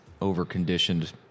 over-conditioned